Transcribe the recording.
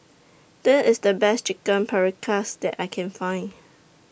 This IS The Best Chicken Paprikas that I Can Find